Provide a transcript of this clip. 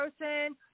person